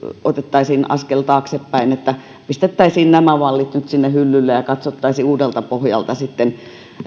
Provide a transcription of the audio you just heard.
otettaisiin askel taaksepäin niin että pistettäisiin nämä vaalit nyt sinne hyllylle ja katsottaisiin uudelta pohjalta sitten